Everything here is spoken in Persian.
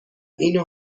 اینو